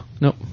nope